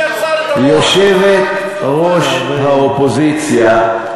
יושבת-ראש האופוזיציה,